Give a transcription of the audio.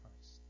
Christ